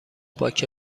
باک